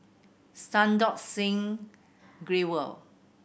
Santokh Singh Grewal